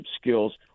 skills